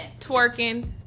twerking